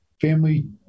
family